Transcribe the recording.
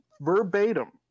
verbatim